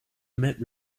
met